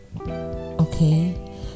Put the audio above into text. okay